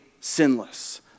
sinless